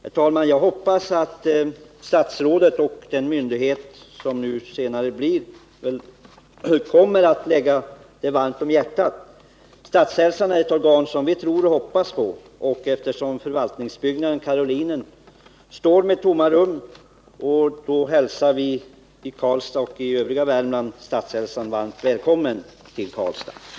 Herr talman! Det är min förhoppning att statsrådet och den myndighet som senare bildas kommer att lägga detta på hjärtat. Statshälsan är ett organ som vi tror och hoppas på. Då förvaltningsbyggnaden Karolinen står med tomma rum hälsar vi i Karlstad och övriga Värmland Statshälsan varmt välkommen till Karlstad.